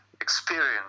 experience